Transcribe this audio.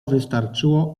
wystarczyło